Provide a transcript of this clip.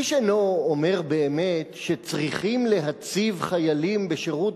איש אינו אומר באמת שצריכים להציב חיילים בשירות